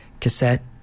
cassette